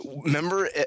remember